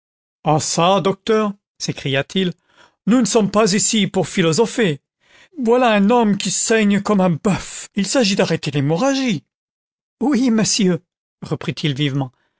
ah çà docteur s'écria-t-il nous ne sommes pas ici pour philosopher voilà un homme qui saigne comme un bœuf il s'agit d'arrêter itiémorrhagie oui monsieur reprit-il vivement